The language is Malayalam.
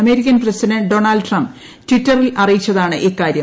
അമേരിക്കൻ പ്രസിഡന്റ് ഡൊണാൾഡ് ട്രംപ് ട്ടിറ്ററിൽ അറിയിച്ചതാണ് ഇക്കാര്യം